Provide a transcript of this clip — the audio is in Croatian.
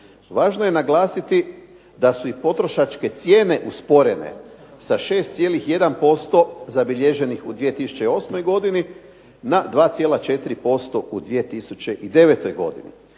Važno je naglasiti da su i potrošačke cijene usporene, sa 6,1% zabilježenih u 2008. godini, na 2,4% u 2009. godini.